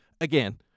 again